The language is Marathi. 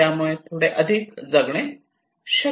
त्यामुळे थोडे अधिक जगणे शक्य होईल